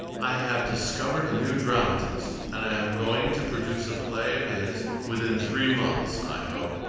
i have discovered a new dramatist, and i am going to produce a play of his within three months, i hope.